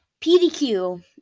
PDQ